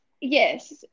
Yes